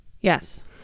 yes